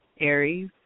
Aries